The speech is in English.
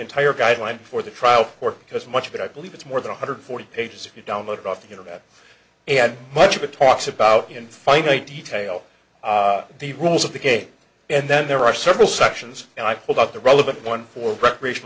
entire guideline for the trial court because much of it i believe it's more than one hundred forty pages if you download it off the internet and much of it talks about in finite detail the rules of the game and then there are several sections and i pulled out the relevant one for recreation